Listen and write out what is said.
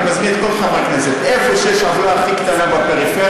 אני מזמין את כל חברי הכנסת: איפה שיש עוולה הכי קטנה בפריפריה,